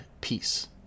peace